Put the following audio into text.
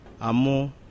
amo